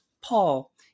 Paul